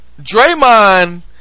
Draymond